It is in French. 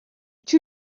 tue